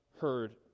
heard